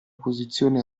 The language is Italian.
posizione